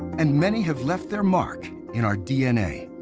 and many have left their mark in our dna.